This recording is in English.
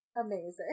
Amazing